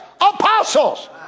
Apostles